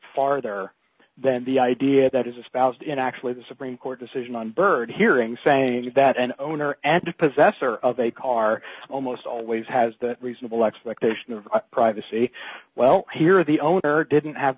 farther than the idea that is espoused in actually the supreme court decision on bird hearing saying that an owner and possessor of a car almost always has that reasonable expectation of privacy well here the owner didn't have